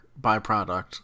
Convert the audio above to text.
byproduct